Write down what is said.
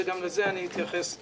וגם לזה אתייחס בהמשך.